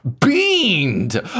beamed